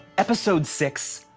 episode six,